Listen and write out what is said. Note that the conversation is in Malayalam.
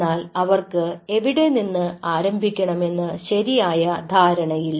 എന്നാൽ അവർക്ക് എവിടെനിന്ന് ആരംഭിക്കണമെന്ന് ശരിയായ ധാരണയില്ല